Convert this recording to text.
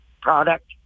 product